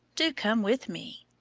do come with me.